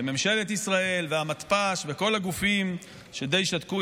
וממשלת ישראל והמתפ"ש וכל הגופים שדי שתקו,